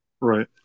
Right